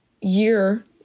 year